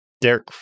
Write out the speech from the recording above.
Derek